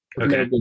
Okay